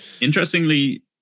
interestingly